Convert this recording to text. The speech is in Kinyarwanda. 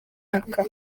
aka